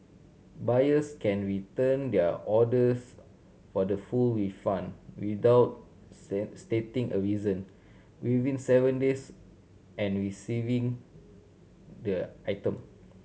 buyers can return their orders for the full refund without stating a reason within seven days and receiving the item